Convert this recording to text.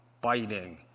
biting